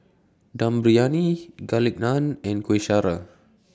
Dum Briyani Garlic Naan and Kueh Syara